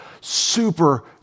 super